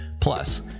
Plus